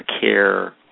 care